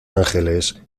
ángeles